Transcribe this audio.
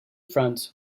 front